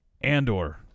Andor